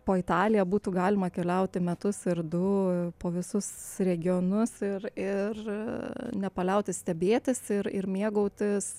po italiją būtų galima keliauti metus ir du po visus regionus ir ir nepaliauti stebėtis ir ir mėgautis